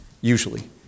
Usually